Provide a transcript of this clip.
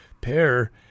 pair